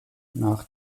nach